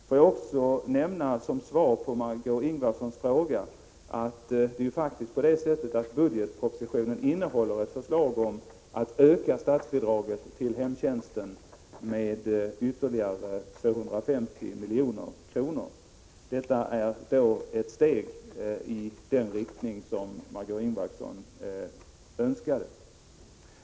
Får jag också nämna, som svar på Margö Ingvardssons fråga, att budgetpropositionen innehåller ett förslag om att öka statsbidraget till hemtjänsten med ytterligare 250 milj.kr. Detta är ett steg i den riktning som Marg6ö Ingvardsson önskade.